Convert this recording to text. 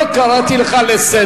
אני אפילו לא קראתי אותך לסדר.